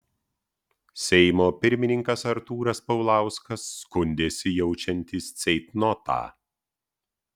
seimo pirmininkas artūras paulauskas skundėsi jaučiantis ceitnotą